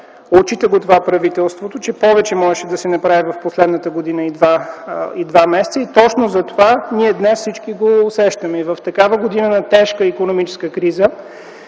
Отчита го това правителството, че можеше повече да се направи през последната година и два месеца и точно затова днес ние всички го усещаме. В такава година на тежка икономическа криза